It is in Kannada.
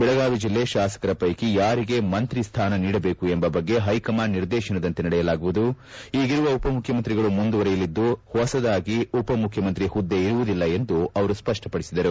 ಬೆಳಗಾವಿ ಜಿಲ್ಲೆ ಶಾಸಕರ ಪೈಕಿ ಯಾರಿಗೆ ಮಂತ್ರಿ ಸ್ಥಾನ ನೀಡಬೇಕು ಎಂಬ ಬಗ್ಗೆ ಹೈಕಮಾಂಡ್ ನಿರ್ದೇಶನದಂತೆ ನಡೆಯಲಾಗುವುದು ಈಗಿರುವ ಉಪಮುಖ್ಯಮಂತ್ರಿಗಳು ಮುಂದುವರಿಯಲಿದ್ದು ಹೊಸದಾಗಿ ಉಪಮುಖ್ಯಮಂತ್ರಿ ಹುದ್ದೆ ಇರುವುದಿಲ್ಲ ಎಂದು ಅವರು ಸ್ಪಷ್ಟಪಡಿಸಿದರು